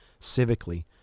civically